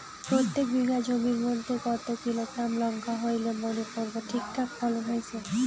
প্রত্যেক বিঘা জমির মইধ্যে কতো কিলোগ্রাম লঙ্কা হইলে মনে করব ঠিকঠাক ফলন হইছে?